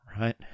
right